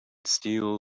steel